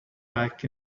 back